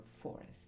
forest